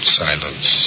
silence